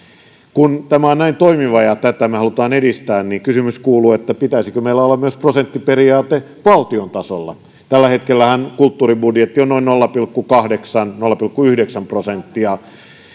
kun tämä on näin toimiva ja tätä me haluamme edistää niin kysymys kuuluu pitäisikö meillä olla prosenttiperiaate myös valtion tasolla tällä hetkellähän kulttuuribudjetti on noin nolla pilkku kahdeksan viiva nolla pilkku yhdeksän prosenttia